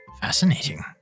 fascinating